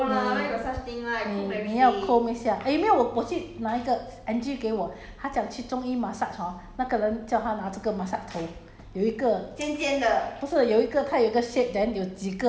err but okay lah 因为你没有 comb 它所以它 grow slow 你你没有 comb 一下 eh 没有我我去拿一个 angie 给我她讲去中医 massage hor 那个人叫她拿这个 massage 头